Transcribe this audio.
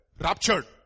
raptured